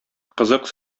кызык